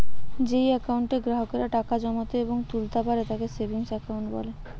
যেই একাউন্টে গ্রাহকেরা টাকা জমাতে এবং তুলতা পারে তাকে সেভিংস একাউন্ট বলে